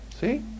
See